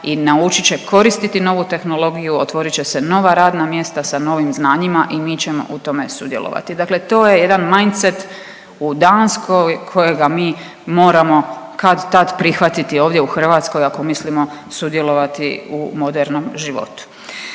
i naučit će koristiti novu tehnologiju, otvorit će se nova radna mjesta sa novim znanjima i mi ćemo u tome sudjelovati, dakle to je jedan mindset u Danskoj kojega mi moramo kad-tad prihvatiti ovdje u Hrvatskoj ako mislimo sudjelovati u modernom životu.